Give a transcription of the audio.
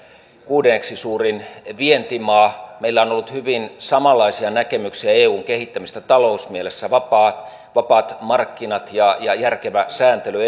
kuudenneksi suurin vientimaa meillä on ollut hyvin samanlaisia näkemyksiä eun kehittämisestä talousmielessä vapaat vapaat markkinat ja ja järkevä sääntely